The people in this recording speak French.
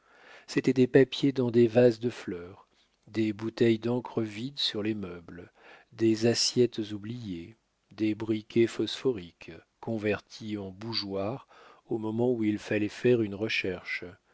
c'était des papiers dans des vases de fleurs des bouteilles d'encre vides sur les meubles des assiettes oubliées des briquets phosphoriques convertis en bougeoirs au moment où il fallait faire une recherche